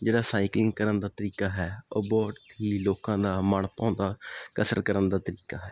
ਜਿਹੜਾ ਸਾਈਕਲਿੰਗ ਕਰਨ ਦਾ ਤਰੀਕਾ ਹੈ ਉਹ ਬਹੁਤ ਹੀ ਲੋਕਾਂ ਦਾ ਮਨਭਾਉਂਦਾ ਕਸਰਤ ਕਰਨ ਦਾ ਤਰੀਕਾ ਹੈ